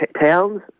Towns